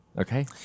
Okay